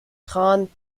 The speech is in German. grand